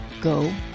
Go